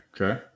okay